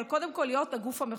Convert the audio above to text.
אבל קודם כול להיות הגוף המחוקק.